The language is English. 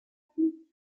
cassie